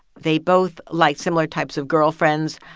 they both liked similar types of girlfriends.